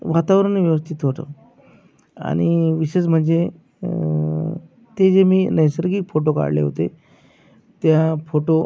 वातावरणही व्यवस्थित होतं आणि विशेष म्हणजे ते जे मी नैसर्गिक फोटो काढले होते त्या फोटो